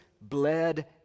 bled